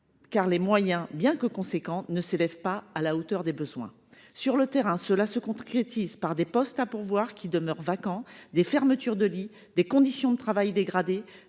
car les moyens, bien qu’importants, ne s’élèvent pas à la hauteur des besoins. Sur le terrain, cela se concrétise par des postes à pourvoir qui demeurent vacants, des fermetures de lits, des conditions de travail dégradées,